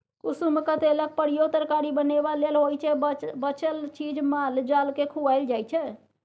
कुसुमक तेलक प्रयोग तरकारी बनेबा लेल होइ छै बचल चीज माल जालकेँ खुआएल जाइ छै